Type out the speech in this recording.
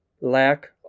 lack